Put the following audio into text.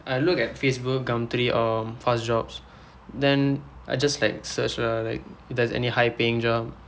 I look at facebook gumtree or fast jobs then I just like search lah like if there's any high paying job